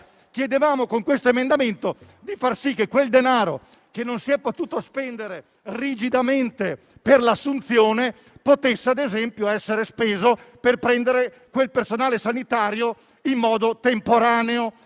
abbiamo dunque chiesto di fare in modo che quel denaro, che non si è potuto spendere rigidamente per l'assunzione, potesse ad esempio essere speso per utilizzare quel personale sanitario in modo temporaneo.